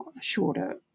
shorter